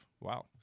Wow